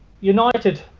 United